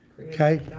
Okay